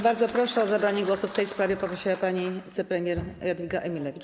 Bardzo proszę, o zabranie głosu w tej sprawie poprosiła pani wicepremier Jadwiga Emilewicz.